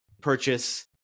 purchase